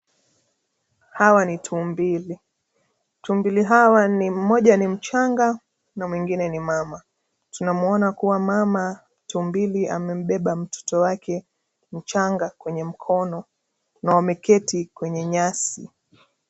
Hawa ni tumbili, tumbili hawa ni mmoja ni mchanga, na mwingine ni mama, tunamwona kuwa mama, tumbili amembeba mtoto wake, mchanga kwenye mkono, na wameketi kwenye nyasi.